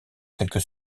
quelques